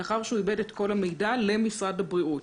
לאחר שהוא עיבד את כל המידע, למשרד הבריאות.